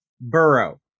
Burrow